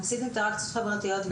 מפסיד אינטרקציות חברתיות,